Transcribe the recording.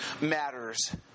matters